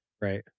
Right